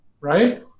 Right